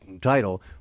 title